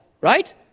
right